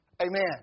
Amen